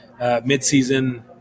midseason